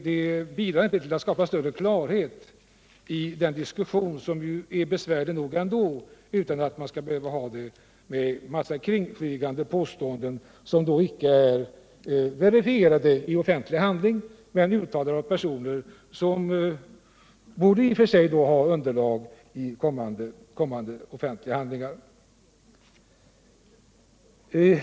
Det bidrar inte till att skapa större klarhet i situationen som är besvärlig nog ändå, när en mängd påståenden flyger omkring som inte är verifierade i offentliga handlingar men som i och för sig borde ha underlag i kommande sådana.